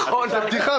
זו בדיחה.